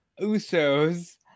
Usos